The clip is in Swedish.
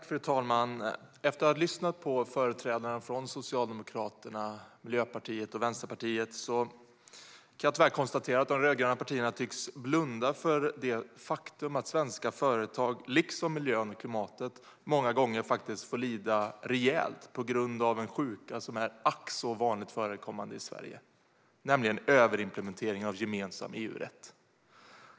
Fru talman! Efter att ha lyssnat på företrädarna från Socialdemokraterna, Miljöpartiet och Vänsterpartiet kan jag tyvärr konstatera att de rödgröna partierna tycks blunda för det faktum att svenska företag, liksom miljön och klimatet, många gånger faktiskt får lida rejält på grund av en sjuka som är ack så vanligt förekommande i Sverige, nämligen överimplementering av gemensam EU-rätt.